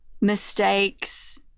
mistakes